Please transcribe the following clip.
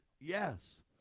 yes